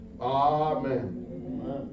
Amen